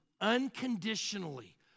unconditionally